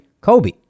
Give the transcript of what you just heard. Kobe